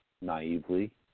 naively